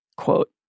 quote